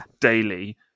daily